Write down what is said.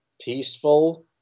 peaceful